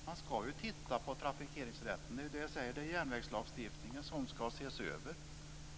Fru talman! Man ska ju titta på trafikeringsrätten. Det är, som jag säger, järnvägslagstiftningen som ska ses över,